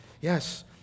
Yes